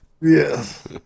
Yes